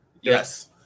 Yes